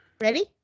Ready